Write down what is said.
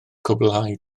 cwblhau